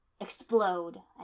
Explode